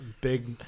big